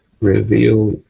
reveal